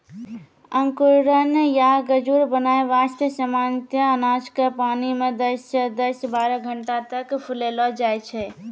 अंकुरण या गजूर बनाय वास्तॅ सामान्यतया अनाज क पानी मॅ दस सॅ बारह घंटा तक फुलैलो जाय छै